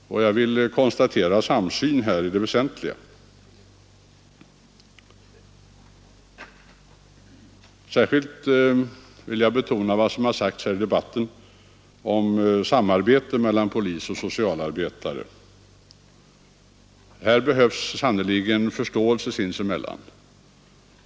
Jag konstaterar samsyn i det väsentliga. Särskilt vill jag betona vad som sagts om samarbete mellan polis och socialarbetare. Här behövs sannerligen förståelse sinsemellan.